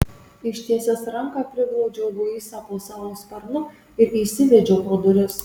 ištiesęs ranką priglaudžiau luisą po savo sparnu ir įsivedžiau pro duris